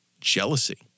jealousy